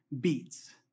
beats